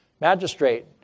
Magistrate